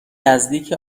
نزدیک